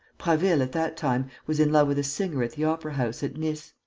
prasville, at that time, was in love with a singer at the opera-house at nice.